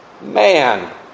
man